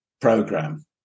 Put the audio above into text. program